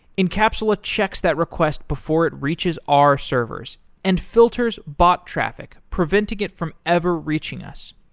encapsula checks that request before it reaches our servers and filters bot traffic preventing it from ever reaching us.